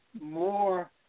more